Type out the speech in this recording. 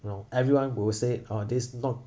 know everyone would say oh this not